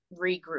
regroup